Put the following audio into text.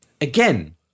Again